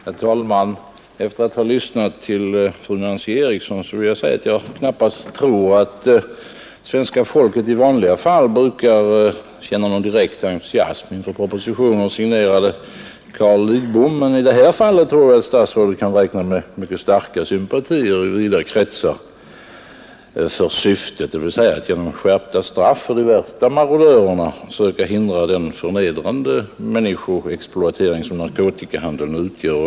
Herr talman! Efter att ha lyssnat till fru Nancy Eriksson vill jag säga att jag knappast tror att folk i vanliga fall brukar känna någon direkt entusiasm inför propositioner signerade Carl Lidbom, men i det här fallet tror jag att statsrådet kan räkna med mycket starka sympatier i vida kretsar för syftet, dvs. att genom skärpta straff för de värsta marodörerna söka hindra den förnedrande människoexploatering som narkotikahandeln utgör.